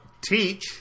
teach